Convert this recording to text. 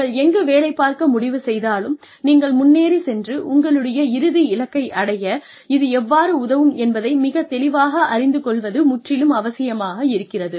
நீங்கள் எங்கு வேலை பார்க்க முடிவு செய்தாலும் நீங்கள் முன்னேறி சென்று உங்களுடைய இறுதி இலக்கை அடைய இது எவ்வாறு உதவும் என்பதை மிகத் தெளிவாக அறிந்து கொள்வது முற்றிலும் அவசியமாக இருக்கிறது